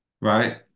Right